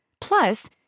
Plus